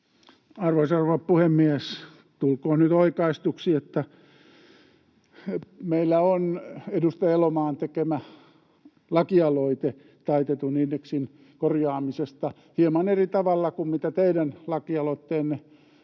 Arvoisa rouva puhemies! Tulkoon nyt oikaistuksi, että meillä on edustaja Elomaan tekemä lakialoite taitetun indeksin korjaamisesta hieman eri tavalla kuin mitä teidän lakialoitteenne